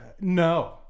No